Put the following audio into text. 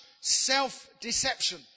self-deception